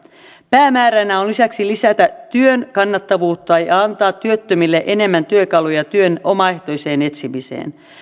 päämääränä on lisäksi lisätä työn kannattavuutta ja ja antaa työttömille enemmän työkaluja työn omaehtoiseen etsimiseen